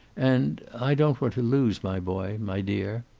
and i don't want to lose my boy, my dear.